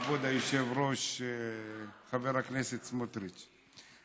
כבוד היושב-ראש חבר הכנסת סמוטריץ,